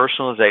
personalization